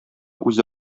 үзе